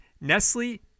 Nestle